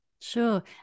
sure